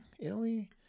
italy